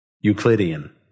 Euclidean